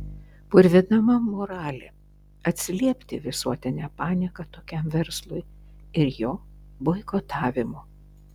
purvinama moralė atsiliepti visuotine panieka tokiam verslui ir jo boikotavimu